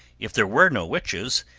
if there were no witches,